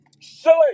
Silly